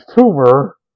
tumor